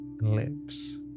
lips